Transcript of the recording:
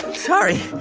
sorry.